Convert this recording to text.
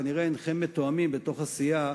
כנראה אינכם מתואמים בתוך הסיעה,